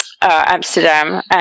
Amsterdam